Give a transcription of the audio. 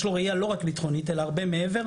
יש לו ראיה לא רק ביטחונית אלא הרבה מעבר,